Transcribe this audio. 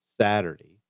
Saturday